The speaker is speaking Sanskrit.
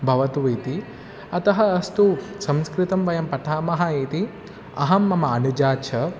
भवतु इति अतः अस्तु संस्कृतं वयं पठामः इति अहं मम अनुजा च